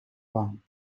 wang